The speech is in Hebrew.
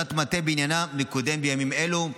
עבודת מטה בעניינה מקודמת בימים אלו.